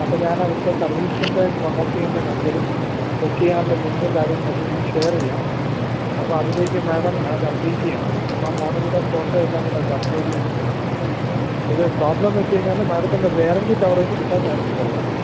അപ്പം ഞാൻ അവിടുത്തെ സർവീസിൻ്റെ കോൺടാക്ട് ചെയ്യേണ്ട നമ്പറും ബുക്ക് ചെയ്യാനുള്ള ലിങ്കും കാര്യങ്ങളന്നും ഞാൻ ഷെയറ് ചെയ്യാം അപ്പം അതിലേക്ക് മാഡം അത് അപ്ഡേറ്റ് ചെയ്യണം അപ്പം മോഡലിൻ്റെ ഫോട്ടോ എല്ലാംകൂടെ അതിൽ അപ്ലോഡ് ചെയ്യേണ്ടി വരും ഇത് പ്രോബ്ലം എന്ന് വെച്ച് കഴിഞ്ഞാൽ മാഡത്തിൻ്റെ വേറൻറ്റി കവറേജ് കിട്ടാൻ ചാൻസ് കുറവാണ്